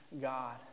God